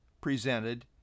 presented